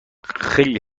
خیلی